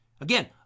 Again